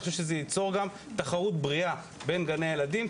אני חושב שזה ייצור תחרות בריאה בין גני הילדים,